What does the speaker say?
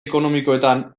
ekonomikoetan